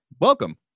welcome